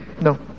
no